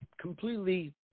completely